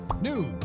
news